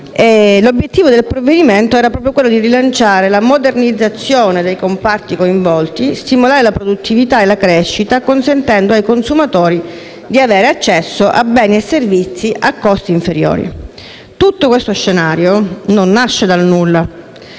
l'obiettivo del provvedimento è di rilanciare la modernizzazione dei comparti coinvolti, stimolare la produttività e la crescita, consentendo ai consumatori di avere accesso a beni e servizi a costi inferiori. Questo scenario non nasce dal nulla